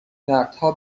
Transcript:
نقدها